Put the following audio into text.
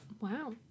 Wow